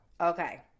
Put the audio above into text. Okay